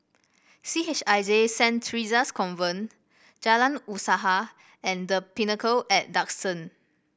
C H I J Saint Theresa's Convent Jalan Usaha and The Pinnacle at Duxton